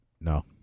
No